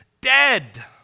dead